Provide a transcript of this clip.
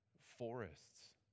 forests